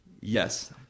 Yes